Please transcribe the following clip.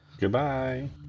goodbye